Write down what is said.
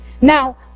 Now